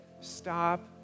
Stop